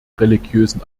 religiösen